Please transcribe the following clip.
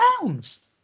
pounds